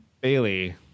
Bailey